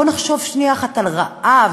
בואו נחשוב שנייה אחת על רעב: